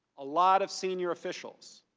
a lot of senior officials.